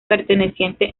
perteneciente